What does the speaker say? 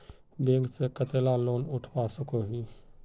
Bank से कतला loan उठवा सकोही?